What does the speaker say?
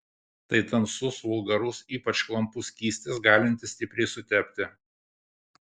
tai tamsus vulgarus ypač klampus skystis galintis stipriai sutepti